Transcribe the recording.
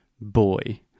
boy